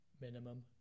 minimum